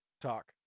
Talk